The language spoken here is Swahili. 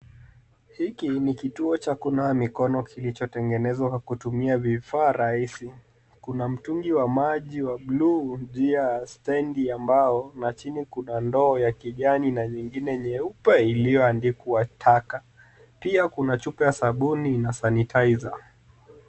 Hiki ni kituo cha kunawa mikono kilichotengenezwa kutumia vifaa rahisi. Kuna mtungi wa maji wa bluu juu ya stendi ya mbao na chini kuna ndoo ya kijani na nyingine nyeupe iliyoandikwa taka. Pia kuna chupa ya sabuni na sanitizer .